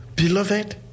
Beloved